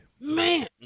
man